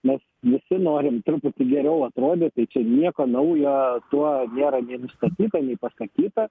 nes visi norim truputį geriau atrodyt tai čia nieko naujo tuo nėra nustatyta nei pastatyta